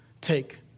take